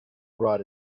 brought